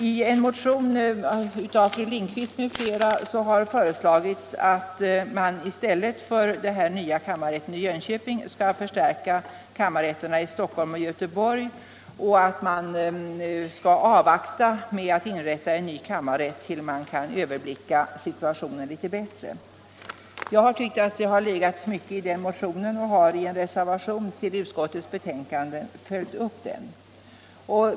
I en motion av fru Lindquist m.fl. har föreslagits att man skall förstärka kammarrätterna i Stockholm och Göteborg och vänta med att inrätta en ny kammarrätt tills man litet bättre kan överblicka situationen. Jag har tyckt att det legat mycket i den motionen och har därför i en reservation följt upp den.